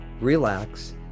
relax